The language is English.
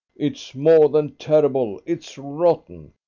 it's more than terrible, it's rotten.